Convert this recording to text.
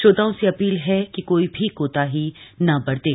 श्रोताओं से अपील है कि कोई भी कोताही न बरतें